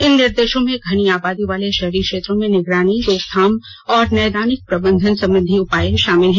इन निर्देशों में घनी आबादी वाले शहरी क्षेत्रों में निगरानी रोकथाम और नैदानिक प्रबंधन संबंधी उपाय शामिल है